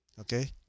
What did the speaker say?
okay